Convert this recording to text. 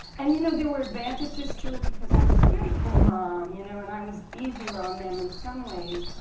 and you know there were advantages to it, because i was a very cool mom, you know and i was easier on them in some ways.